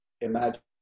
imagine